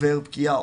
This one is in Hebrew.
עובר פגיעה,